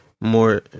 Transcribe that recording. more